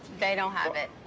they don't have it.